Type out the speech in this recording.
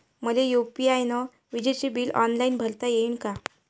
मले यू.पी.आय न विजेचे बिल ऑनलाईन भरता येईन का?